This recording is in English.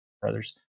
Brothers